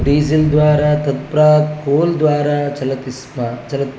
diesel द्वारा तत् प्राक् कोल् द्वारा चलति स्म चलति